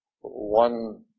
one